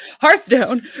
Hearthstone